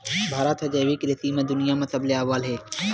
भारत हा जैविक कृषि मा दुनिया मा सबले अव्वल हवे